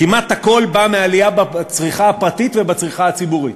כמעט הכול בא מעלייה בצריכה הפרטית ובצריכה הציבורית.